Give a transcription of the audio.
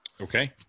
Okay